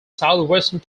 southwestern